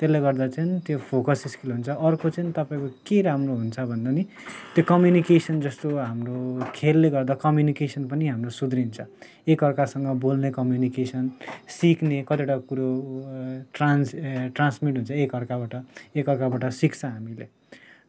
त्यसले गर्दा चाहिँ त्यो फोकस स्किल हुन्छ अर्को चाहिँ तपाईँको के राम्रो हुन्छ भन्दा नि त्यो कम्युनिकेसन जस्तो हाम्रो खेलले गर्दा कम्युनिकेसन पनि हाम्रो सुध्रिन्छ एकअर्कासँग बोल्ने कम्युनिकेसन सिक्ने कतिवटा कुरो ट्रान्स ट्रान्समिट हुन्छ एकअर्काबाट एकअर्काबाट सिक्छ हामीले